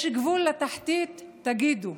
יש גבול לתחתית, תגידו?